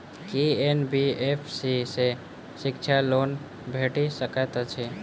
की NBFC सँ शिक्षा loan भेटि सकैत अछि?